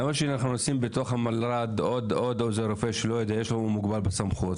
למה שנשים בתוך המלר"ד עוד עוזר רופא שהוא מוגבל בסמכות?